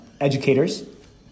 educators